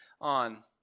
on